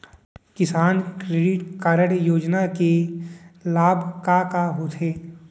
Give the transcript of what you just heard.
किसान credit card योजना के लाभ का का होथे?